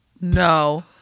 no